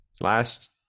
Last